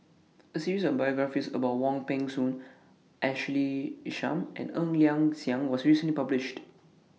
A series of biographies about Wong Peng Soon Ashley Isham and Ng Liang Chiang was recently published